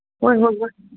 ꯍꯣꯏ ꯍꯣꯏ ꯍꯣꯏ